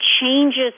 changes